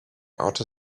outer